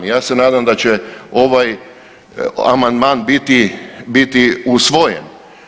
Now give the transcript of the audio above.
Ja se nadam da će ovaj amandman biti usvojen.